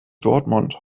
dortmund